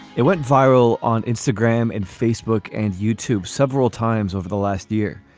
it went viral on instagram and facebook and youtube several times over the last year,